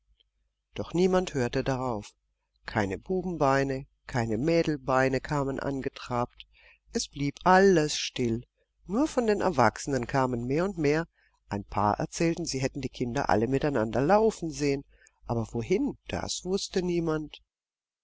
doch niemand hörte darauf keine bubenbeine keine mädelbeine kamen angetrabt es blieb alles still nur von den erwachsenen kamen mehr und mehr ein paar erzählten sie hätten die kinder alle miteinander laufen sehen aber wohin das wußte niemand